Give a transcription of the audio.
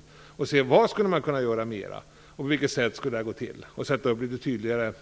Vi kommer då att fråga oss vad man mer skulle kunna göra och på vilket sätt det skall gå till samt sätta upp litet tydligare